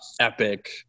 epic